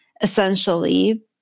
essentially